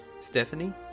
Stephanie